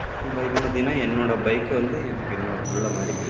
பைக்கை பார்த்திங்கனா என்னோட பைக்கு வந்து எனக்கு இன்னொரு பிள்ள மாதிரி